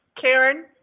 Karen